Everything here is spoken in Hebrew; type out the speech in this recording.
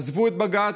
עזבו את בג"ץ,